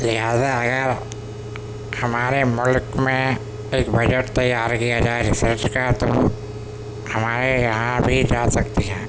لہذا اگر ہمارے ملک میں ایک بجٹ تیار کیا جائے ریسرچ کا تو ہمارے یہاں بھی جا سکتے ہیں